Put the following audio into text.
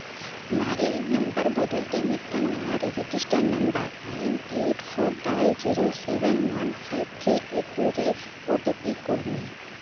ᱢᱟᱨᱮ ᱱᱟᱢᱵᱟᱨ ᱵᱚᱫᱚᱞ ᱛᱮ ᱢᱤᱫᱴᱟᱝ ᱱᱚᱣᱟ ᱨᱮ register number nine eight four double zero seven one five three eight two ᱨᱮ ᱳ ᱴᱤ ᱯᱤ ᱠᱩᱞ ᱢᱮ